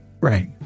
right